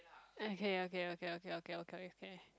okay okay okay okay okay okay okay